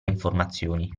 informazioni